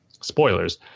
Spoilers